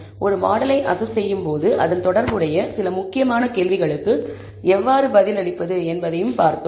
ஒரு மாடலை அசஸ் செய்யும்போது அதன் தொடர்புடைய சில முக்கியமான கேள்விகளுக்கு எவ்வாறு பதிலளிப்பது என்பதையும் நாம் பார்த்தோம்